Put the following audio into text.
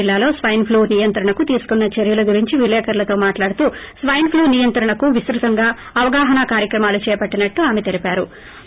జిల్లాలో swine flu నియంత్రణకు తీసుకున్న చర్యల గురించి విలేకరలతో మట్లాడుతూ స్వైన్ ఫ్లూ నియంత్రణకు విస్పతంగా అవగాహనా కార్యక్రమాలు చేపట్టినట్లు ఆమె తెలివారు